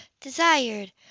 desired